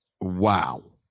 Wow